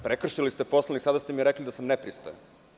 Prekršili ste Poslovnik, sada ste mi rekli da sam nepristojan.